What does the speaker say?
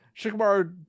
Shikamaru